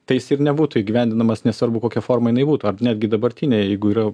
tai jis ir nebūtų įgyvendinamas nesvarbu kokia forma jinai būtų ar netgi dabartinė jeigu yra